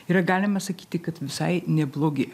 ir galima sakyti kad visai neblogi